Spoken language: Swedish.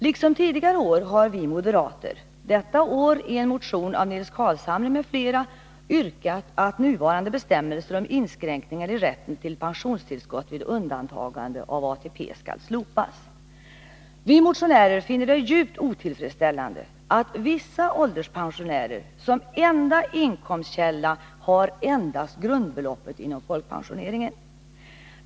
Liksom tidigare år har vi moderater, detta år i en motion av Nils Carlshamre m.fl., yrkat att nuvarande bestämmelser om inskränkningar i rätten till pensionstillskott vid undantagande av ATP skall slopas. Vi motionärer finner det djupt otillfredsställande att vissa ålderspensionärer som enda inkomstkälla har grundbeloppet inom folkpensioneringen.